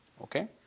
Okay